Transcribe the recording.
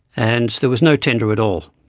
and there was no tender at all.